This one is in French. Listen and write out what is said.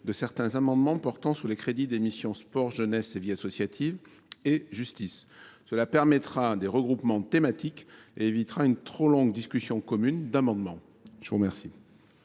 de certains amendements portant sur les crédits des missions « Sport, jeunesse et vie associative » et « Justice ». Cela permettra des regroupements thématiques et évitera de trop longues discussions communes. Mes chers